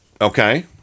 Okay